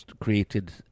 created